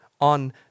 on